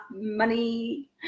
money